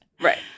Right